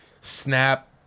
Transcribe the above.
snap